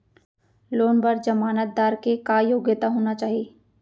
Loan बर जमानतदार के का योग्यता होना चाही?